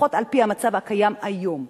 לפחות על-פי המצב הקיים היום,